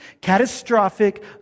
catastrophic